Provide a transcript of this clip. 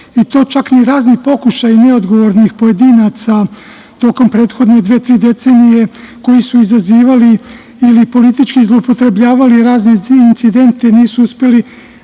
i to čak i razni pokušaji neodgovornih pojedinaca, tokom prethodne dve, tri decenije, koji su izazivali ili politički zloupotrebljavali razne incidente, nisu uspeli